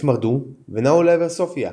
התמרדו ונעו לעבר סופיה,